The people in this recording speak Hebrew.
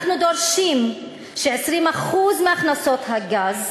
אנחנו דורשים ש-20% מהכנסות הגז